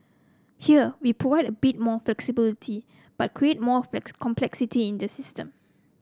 here we provide a bit more flexibility but create more complexity in the system